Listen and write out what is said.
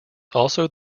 also